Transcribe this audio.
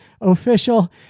official